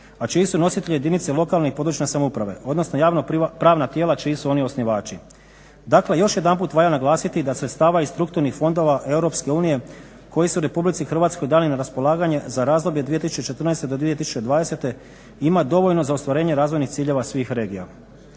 a čiji su nositelji jedinice lokalne i područne samouprave, odnosno javno pravna tijela čiji su oni osnivači. Dakle, još jedanput valja naglasiti da sredstava iz strukturnih fondova EU koji su RH dani na raspolaganje za razdoblje od 2014. do 2020. ima dovoljno za ostvarenje razvojnih ciljeva svoj regija.